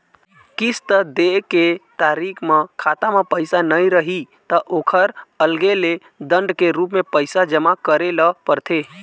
किस्त दे के तारीख म खाता म पइसा नइ रही त ओखर अलगे ले दंड के रूप म पइसा जमा करे ल परथे